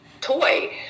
toy